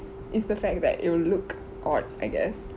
it's the fact that it will look odd I guess